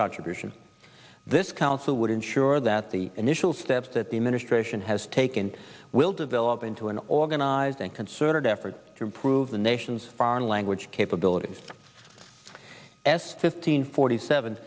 contribution this council would ensure that the initial steps that the administration has taken will develop into an organizing concerted effort to improve the nation's foreign language capabilities s fifteen forty seven